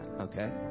okay